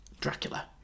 Dracula